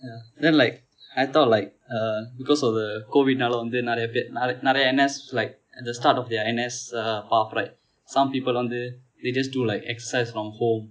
ya then like I thought like eh because of the COVID நாலா வந்து நிரைய பெ~ நிரை~ நிரைய:naala vanthu niraiya pe~ nira~ niraiya N_S like the start of their N_S uh path right some people வந்து:vanthu they just do like exercise from home